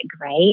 right